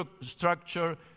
structure